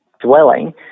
dwelling